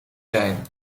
zijn